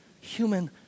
human